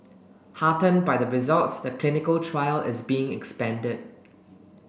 heartened by the results the clinical trial is being expanded